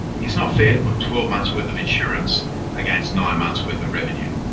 it's not fair to put twelve months' worth of insurance against nine months' worth of revenue.